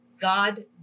God